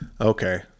okay